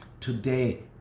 today